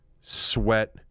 Sweat